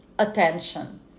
attention